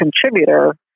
contributor